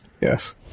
Yes